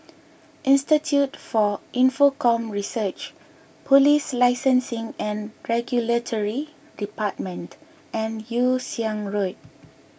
Institute for Infocomm Research Police Licensing and Regulatory Department and Yew Siang Road